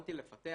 שהתכוונתי לפתח